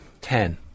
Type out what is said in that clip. Ten